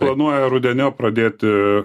planuoja rudeniop pradėti